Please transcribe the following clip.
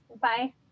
Bye